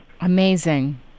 Amazing